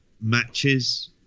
matches